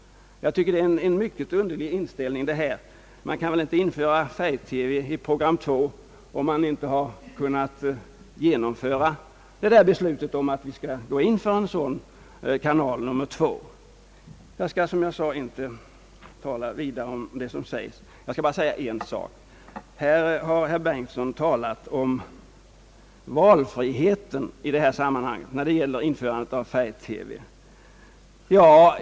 Jag tycker det är en mycket underlig inställning. Vi kan väl inte införa färg TV i program 2, om inget beslut har kunnat fattas om när en sådan kanal skall införas. Jag skall härefter bara säga ytterligare en sak. Herr Bengtson talade om valfriheten när det gäller införandet av färg-TV.